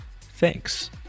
Thanks